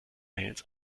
mails